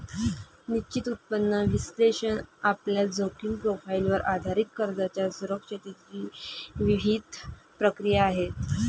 निश्चित उत्पन्न विश्लेषण आपल्या जोखीम प्रोफाइलवर आधारित कर्जाच्या सुरक्षिततेची विहित प्रक्रिया आहे